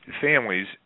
families